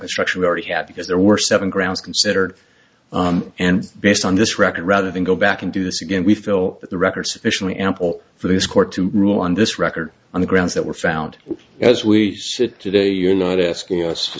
construction already have because there were seven grounds considered and based on this record rather than go back and do this again we feel that the record sufficiently ample for this court to rule on this record on the grounds that were found as we sit today you're not asking us